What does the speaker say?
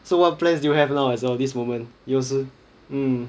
so what plans do you have now as of this moment mm